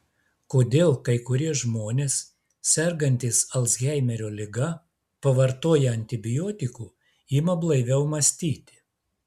kodėl kai kurie žmonės sergantys alzheimerio liga pavartoję antibiotikų ima blaiviau mąstyti